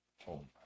home